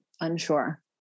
Unsure